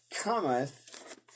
cometh